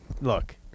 Look